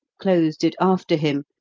closed it after him,